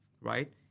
right